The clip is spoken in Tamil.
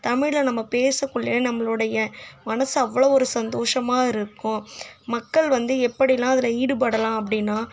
தமிழில் நம்ம பேசக்குள்ளேயே நம்மளுடைய மனது அவ்வளோ ஒரு சந்தோஷமா இருக்கும் மக்கள் வந்து எப்படிலாம் அதில் ஈடுபடலாம் அப்படினா